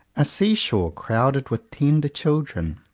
a sea-shore crowded with tender children,